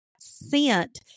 scent